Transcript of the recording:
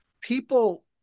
people